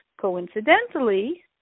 coincidentally